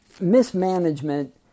mismanagement